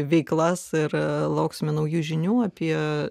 veiklas ir lauksime naujų žinių apie